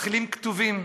מתחילים כתובים.